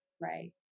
Right